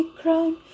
crown